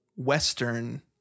Western